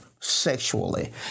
sexually